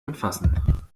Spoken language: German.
umfassen